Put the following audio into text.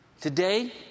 today